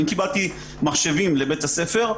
אם קיבלתי מחשבים לבית הספר,